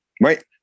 Right